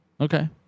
Okay